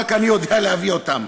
רק אני יודע להביא אותם.